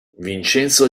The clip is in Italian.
vincenzo